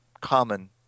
common